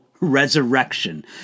resurrection